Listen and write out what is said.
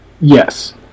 Yes